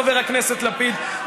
חבר הכנסת לפיד,